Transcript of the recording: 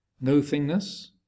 no-thingness